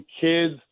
kids